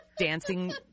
dancing